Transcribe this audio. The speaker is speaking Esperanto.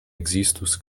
ekzistus